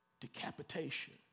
decapitation